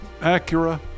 Acura